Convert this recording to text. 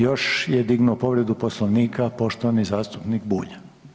Još je dignuo povredu Poslovnika poštovani zastupnik Bulj.